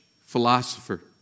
philosopher